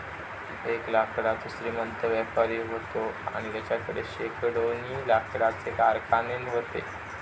एक लाकडाचो श्रीमंत व्यापारी व्हतो आणि तेच्याकडे शेकडोनी लाकडाचे कारखाने व्हते